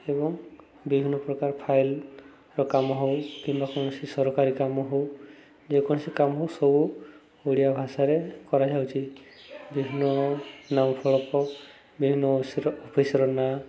ଏବଂ ବିଭିନ୍ନ ପ୍ରକାର ଫାଇଲ୍ର କାମ ହଉ କିମ୍ବା କୌଣସି ସରକାରୀ କାମ ହଉ ଯେକୌଣସି କାମ ହଉ ସବୁ ଓଡ଼ିଆ ଭାଷାରେ କରାଯାଉଛି ବିଭିନ୍ନ ନାଁ ଫଳକ ବିଭିନ୍ନ ଅଫିସର ନାଁ